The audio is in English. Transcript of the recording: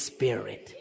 Spirit